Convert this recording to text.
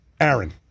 Aaron